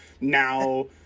now